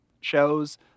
shows